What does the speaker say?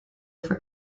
for